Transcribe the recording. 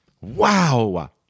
Wow